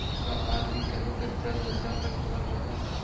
का आज भी कहीं पर द्रव्य मुद्रा का इस्तेमाल होवअ हई?